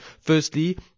Firstly